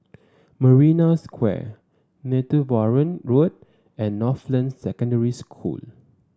Marina Square Netheravon Road and Northland Secondary School